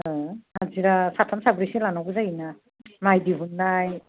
हाजिरा साथाम साब्रैसो लानांगौ जायोना माइ दिहुननाय